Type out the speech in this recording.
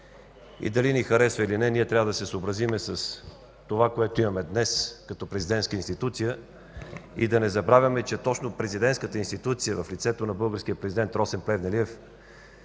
Дали ни харесва или не, трябва да се съобразим с това, което имаме днес като президентска институция, и да не забравяме, че точно президентската институция в лицето на българския президент Росен Плевнелиев